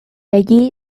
allí